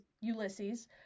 Ulysses